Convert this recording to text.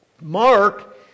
Mark